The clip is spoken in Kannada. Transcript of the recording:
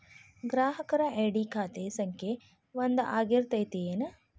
ಗ್ರಾಹಕರ ಐ.ಡಿ ಖಾತೆ ಸಂಖ್ಯೆ ಒಂದ ಆಗಿರ್ತತಿ ಏನ